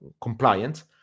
compliant